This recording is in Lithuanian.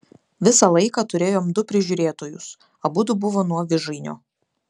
visą laiką turėjom du prižiūrėtojus abudu buvo nuo vižainio